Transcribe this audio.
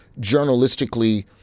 journalistically